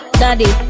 daddy